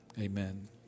Amen